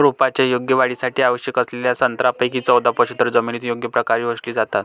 रोपांच्या योग्य वाढीसाठी आवश्यक असलेल्या सतरापैकी चौदा पोषकद्रव्ये जमिनीतून योग्य प्रकारे शोषली जातात